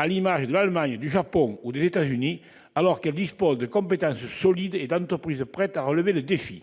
l'ont fait l'Allemagne, le Japon ou les États-Unis ; elle dispose de compétences solides et d'entreprises prêtes à relever le défi.